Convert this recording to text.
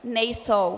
Nejsou.